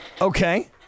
okay